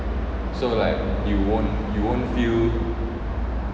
so like you won't you won't feel